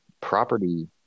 property